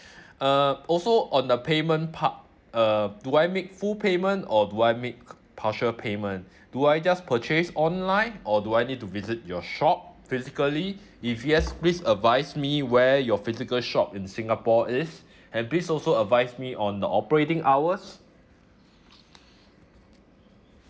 uh also on the payment part uh do I make full payment or do I make partial payment do I just purchase online or do I need to visit your shop physically if yes please advise me where your physical shop in singapore is and please also advise me on the operating hours